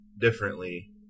differently